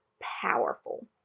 powerful